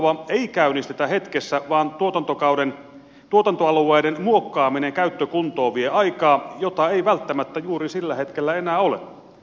turvetuotantoa ei käynnistetä hetkessä vaan tuotantoalueiden muokkaaminen käyttökuntoon vie aikaa jota ei välttämättä juuri sillä hetkellä enää ole